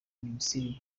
misiri